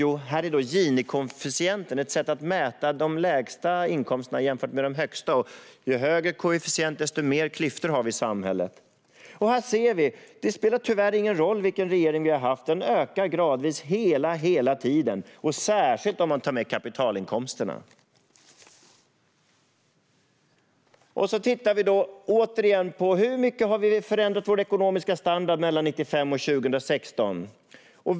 Jo, här är Gini-koefficienten - det är ett sätt att mäta de lägsta inkomsterna jämfört med de högsta. Ju högre koefficient, desto mer klyftor har vi i samhället. Här ser vi att det tyvärr inte spelar någon roll vilken regering vi har haft. Den ökar gradvis hela tiden, särskilt om man tar med kapitalinkomsterna. Vi kan återigen titta på hur mycket vi har förändrat vår ekonomiska standard mellan 1995 och 2016.